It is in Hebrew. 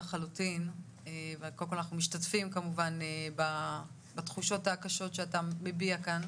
אנחנו כמובן משתתפים בתחושות הקשות שאתה מביע כאן.